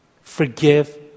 Forgive